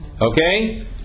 okay